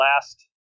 last